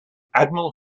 admiral